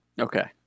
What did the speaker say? Okay